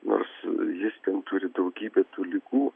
nors jis ten turi daugybę tų ligų